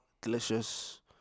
delicious